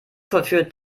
vollführt